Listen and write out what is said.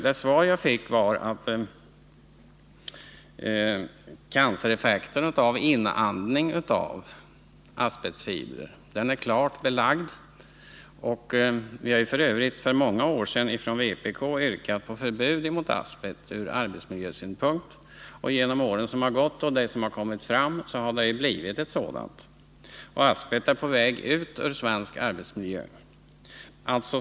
Det svar jag fick var att cancereffekten vid inandning av asbestfibrer är klart belagd. Vi har f. ö. för många år sedan från vpk yrkat på förbud mot asbest ur arbetsmiljösynpunkt. Till följd av vad som kommit fram genom åren har det också blivit ett sådant förbud, och asbest är på väg ut ur svensk arbetsmiljö.